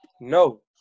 No